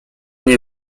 nie